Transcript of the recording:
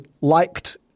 liked